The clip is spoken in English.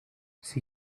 she